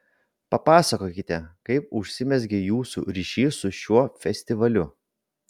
papasakokite kaip užsimezgė jūsų ryšys su šiuo festivaliu